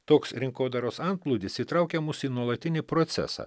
toks rinkodaros antplūdis įtraukia mus į nuolatinį procesą